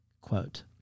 Quote